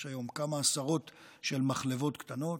יש היום כמה עשרות של מחלבות קטנות,